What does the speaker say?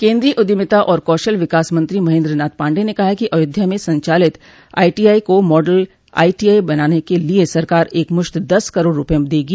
केन्द्रीय उद्यमिता और कौशल विकास मंत्री महेन्द्रनाथ पांडेय ने कहा है कि अयोध्या में संचालित आईटीआई को मॉडल आईटीआई बनाने के लिए सरकार एकमुश्त दस करोड़ रूपये देगी